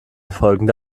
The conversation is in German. folgende